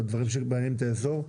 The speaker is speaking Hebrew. על דברים שמעניינים את האזור.